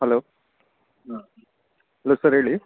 hello ಹಾಂ hello sir ಹೇಳಿ